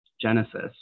genesis